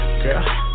girl